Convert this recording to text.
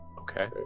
Okay